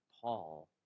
Paul